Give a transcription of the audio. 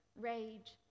rage